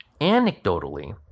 Anecdotally